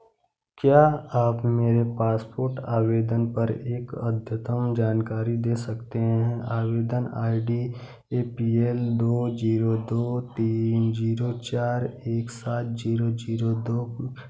क्या आप मेरे पासपोर्ट आवेदन पर एक अद्यतन जानकारी दे सकते हैं आवेदन I D A P L दो जीरो दो तीन जीरो चार एक सात जीरो जीरो दो